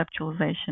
conceptualization